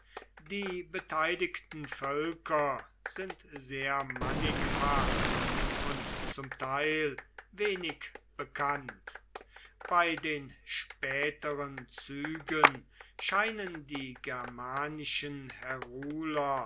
die beteiligten völker sind sehr mannigfach und zum teil wenig bekannt bei den späteren zügen scheinen die germanischen